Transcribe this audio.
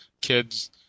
kids